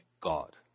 God